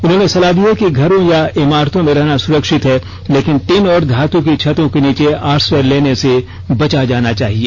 उन्होंने सलाह दी कि घरों या इमारतों में रहना सुरक्षित है लेकिन टिन और धात की छतों के नीचे आश्रय लेने से बचा जाए